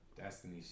Destiny